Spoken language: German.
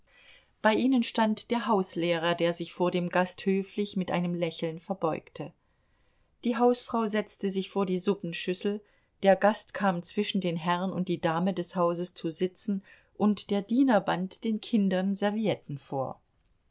bei ihnen stand der hauslehrer der sich vor dem gast höflich mit einem lächeln verbeugte die hausfrau setzte sich vor die suppenschüssel der gast kam zwischen den herrn und die dame des hauses zu sitzen und der diener band den kindern servietten vor